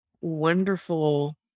wonderful